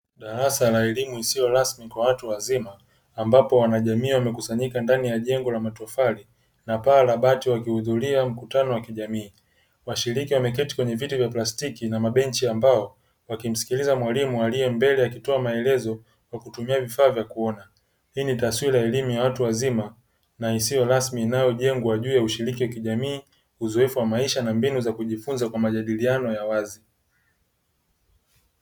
Darasa la elimu isiyo rasmi kwa watu wazima ambapo wanajamii wamekusanyika ndani ya jengo la matofali na paa la bati wakihudhuria mkutano wa kijamii. Washiriki wameketi kwenye viti vya plastiki na mabenchi ya mbao wakimsikiliza mwalimu aliye mbele akitoa maelezo kwa kutumia vifaa vya kuona. Hii ni taswira ya elimu ya watu wazima na isiyo rasmi inayojengwa juu ya ushiriki wa kijamii, uzoefu wa maisha na mbinu za kujifunza kwa majadiliano ya wazi.